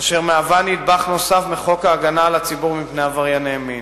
אשר מהווה נדבך נוסף בחוק הגנה על הציבור מפני עברייני מין.